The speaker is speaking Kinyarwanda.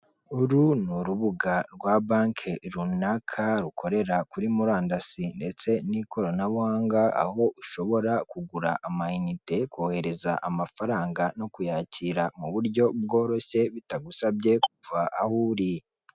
Uru ni urubuga rwa banki runaka rukorera kuri murandasi ndetse n'ikoranabuhanga, aho ushobora kugura amainite, kohereza amafaranga no kuyakira mu buryo bworoshye bitagusabye kuva aho uri.